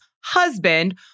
husband